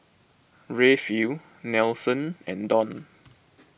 Rayfield Nelson and Donn